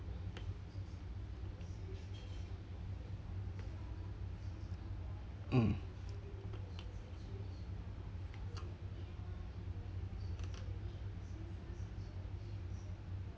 mm